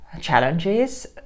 challenges